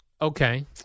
Okay